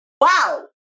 Wow